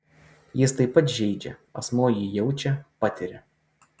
jis taip pat žeidžia asmuo jį jaučia patiria